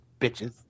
bitches